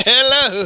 Hello